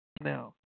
now